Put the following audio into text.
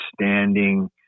standing